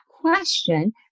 question